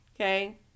Okay